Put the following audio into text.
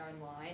online